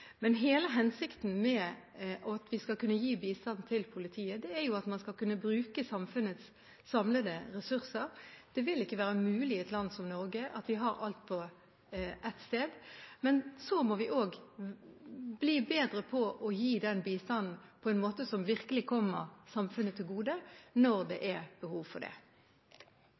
Men hele hensikten med at vi skal kunne gi bistand til politiet, er jo at man skal kunne bruke samfunnets samlede ressurser. Det vil ikke være mulig i et land som Norge å ha alt på ett sted. Men så må vi bli bedre på å gi den bistanden på en måte som virkelig kommer samfunnet til gode når det er behov for det.